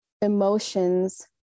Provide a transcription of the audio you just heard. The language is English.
emotions